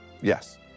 Yes